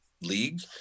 league